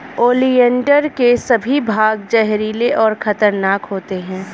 oleander के सभी भाग जहरीले और खतरनाक होते हैं